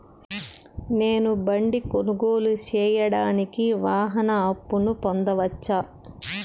నేను బండి కొనుగోలు సేయడానికి వాహన అప్పును పొందవచ్చా?